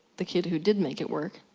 the kid who did make it work,